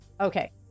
okay